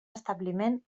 establiment